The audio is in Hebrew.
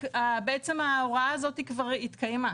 בעצם, ההוראה הזאת כבר התקיימה,